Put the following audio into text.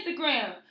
Instagram